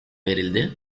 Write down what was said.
verildi